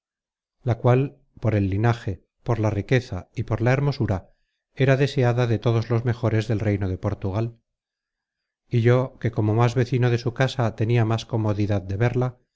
la cual por el linaje por la riqueza y por la hermosura era deseada de todos los mejores del reino de portugal y yo que como más vecino de su casa tenia más comodidad de verla